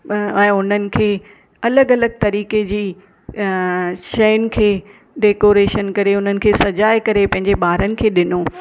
ऐं उन्हनि खे अलॻि अलॻि तरीक़े जी शयुनि खे डेकोरेशन करे उन्हनि खे सजाए करे पंहिंजे ॿारनि खे ॾिनो